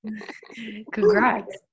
Congrats